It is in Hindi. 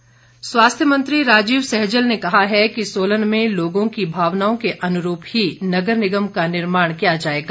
सैजल स्वास्थ्य मंत्री राजीव सैजल ने कहा है कि सोलन में लोगों की भावनाओं के अनुरूप ही नगर निगम का निर्माण किया जाएगा